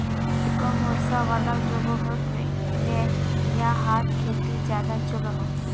कम वर्षा वाला जोगोहोत याहार खेती ज्यादा चलोहो